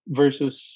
versus